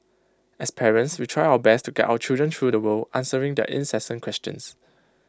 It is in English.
as parents we try our best to guide our children through the world answering their incessant questions